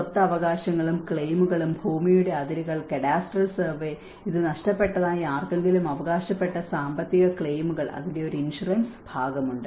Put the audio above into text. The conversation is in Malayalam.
സ്വത്ത് അവകാശങ്ങളും ക്ലെയിമുകളും ഭൂമിയുടെ അതിരുകൾ കഡാസ്ട്രൽ സർവേ ഇത് നഷ്ടപ്പെട്ടതായി ആർക്കെങ്കിലും അവകാശപ്പെട്ട സാമ്പത്തിക ക്ലെയിമുകൾ അതിന്റെ ഒരു ഇൻഷുറൻസ് ഭാഗമുണ്ട്